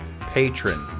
patron